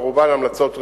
שרובן הן המלצות ראויות.